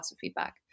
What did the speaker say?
feedback